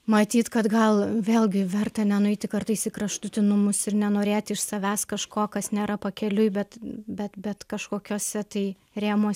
matyt kad gal vėlgi verta nenueiti kartais į kraštutinumus ir nenorėti iš savęs kažko kas nėra pakeliui bet bet kažkokiuose tai rėmuos